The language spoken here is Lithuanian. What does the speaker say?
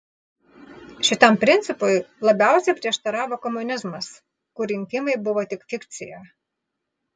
šitam principui labiausiai prieštaravo komunizmas kur rinkimai buvo tik fikcija